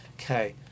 Okay